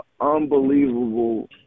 unbelievable